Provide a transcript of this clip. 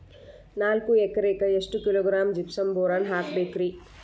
ನಾಲ್ಕು ಎಕರೆಕ್ಕ ಎಷ್ಟು ಕಿಲೋಗ್ರಾಂ ಜಿಪ್ಸಮ್ ಬೋರಾನ್ ಹಾಕಬೇಕು ರಿ?